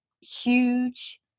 huge